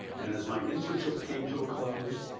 and as my internship came to a close,